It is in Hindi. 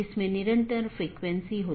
इसपर हम फिर से चर्चा करेंगे